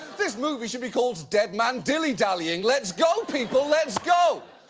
this movie should be called, dead man dilly dallying. let's go people, let's go!